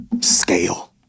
scale